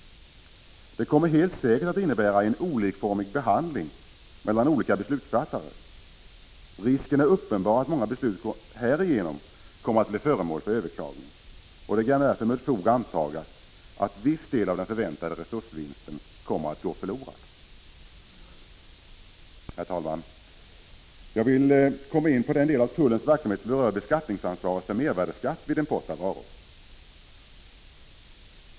Det kommer helt säkert att innebära en olikformig behandling mellan olika beslutsfattare. Risken är uppenbar att många beslut härigenom kommer att bli föremål för överklagning. Det kan därför med fog antas att viss del av den förväntade resursvinsten kommer att gå förlorad. Herr talman! Jag vill komma in på den del av tullens verksamhet som berör beskattningsansvaret för mervärdeskatt vid import av varor.